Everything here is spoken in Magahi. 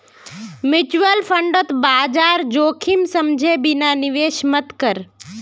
म्यूचुअल फंडत बाजार जोखिम समझे बिना निवेश मत कर